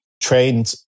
trained